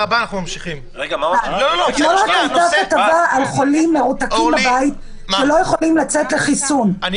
באותה מידה יש חולים מרותקים בבית שלא יכולים לצאת לחיסון,